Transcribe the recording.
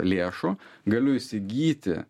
lėšų galiu įsigyti